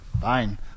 Fine